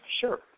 Sure